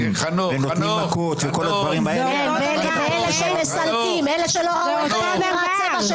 ונותנים מכות וכל הדברים האלה ------ זה מה שיש לך להגיד,